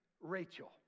Rachel